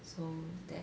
so that